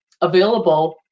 available